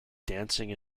dancing